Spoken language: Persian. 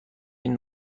این